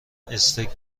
استیک